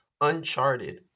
Uncharted